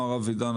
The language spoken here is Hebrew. מר אבידן,